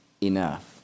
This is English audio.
enough